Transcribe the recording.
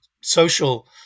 social